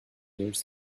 years